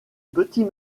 petit